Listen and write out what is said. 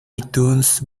itunes